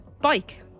bike